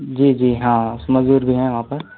जी जी हाँ मजदूर भी हैं वहाँ पर